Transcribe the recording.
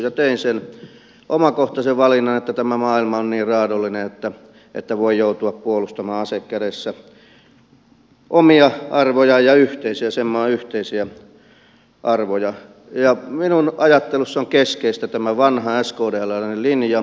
tein sen omakohtaisen valinnan että tämä maailma on niin raadollinen että voi joutua puolustamaan ase kädessä omia arvoja ja yhteisiä sen maan yhteisiä arvoja ja minun ajattelussani on keskeistä tämä vanha skdlläinen linja